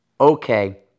Okay